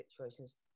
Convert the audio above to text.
situations